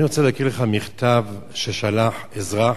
אני רוצה להקריא לך מכתב ששלח אזרח,